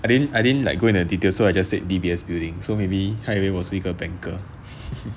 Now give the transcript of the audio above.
I didn't I didn't like go into details so I just said D_B_S building so maybe 他以为我是个 banker